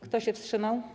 Kto się wstrzymał?